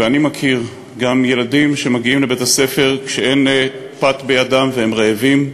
וגם אני מכיר ילדים שמגיעים לבית-הספר כשאין פת בידם והם רעבים.